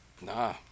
Nah